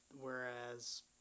whereas